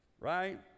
Right